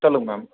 சொல்லுங்க மேம்